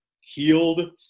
healed